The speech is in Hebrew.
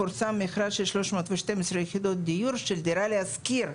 פורסם מכרז של 312 יחידות דיור של דירה להשכיר.